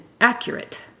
accurate